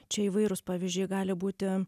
čia įvairūs pavyzdžiui gali būti